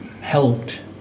helped